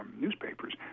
newspapers